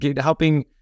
helping